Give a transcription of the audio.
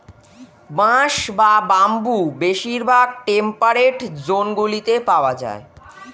বাঁশ বা বাম্বু বেশিরভাগ টেম্পারেট জোনগুলিতে পাওয়া যায়